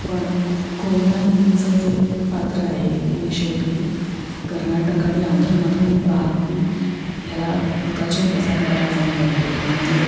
पण कोयना नदीचं जे पात्र आहे ती शेवटी कर्नाटक आणि आंध्रमधून वाहती ह्याला बंगालच्या उपासागराला जाऊन मिळते त्यामुळे